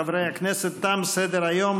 חברי הכנסת, תם סדר-היום.